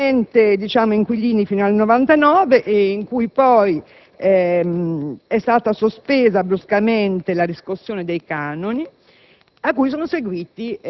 regolarmente inquilini fino al 1999, quando poi è stata sospesa bruscamente la riscossione dei canoni,